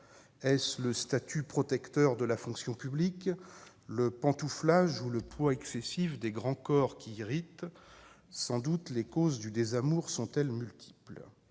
Est-ce le statut protecteur de la fonction publique, le pantouflage ou le poids excessif des grands corps qui irrite ? Sans doute les causes du désamour sont-elles multiples.